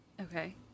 Okay